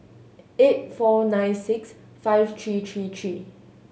eight four nine six five three three three